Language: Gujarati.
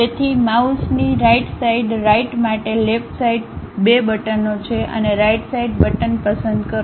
તેથી માઉસની રાઈટ સાઈડ રાઈટ માટે લેફ્ટ સાઈડ 2 બટનો છે અને રાઈટ સાઈડ બટન પસંદ કરો